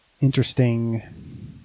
interesting